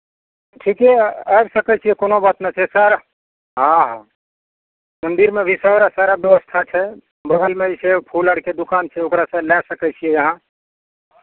ठीके यए आबि सकै छी कोनो बात नहि छै सर हँ हँ मन्दिरमे भी सर सारा व्यवस्था छै बगलमे जे छै फूल आरके दुकान छै ओकरासँ लए सकै छियै अहाँ